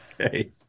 Okay